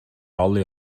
alle